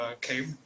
came